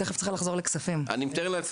לפני בערך